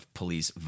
police